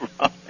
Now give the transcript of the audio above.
Right